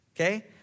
okay